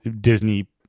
Disney